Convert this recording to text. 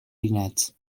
uned